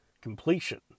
completion